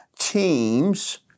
Teams